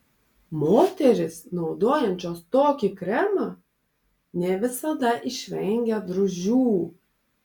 moterys naudojančios tokį kremą ne visada išvengia drūžių